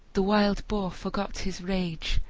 the wild boar forgot his rage,